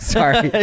Sorry